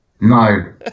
No